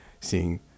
seeing